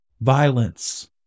violence